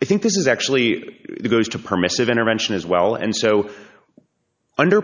i think this is actually it goes to permissive intervention as well and so under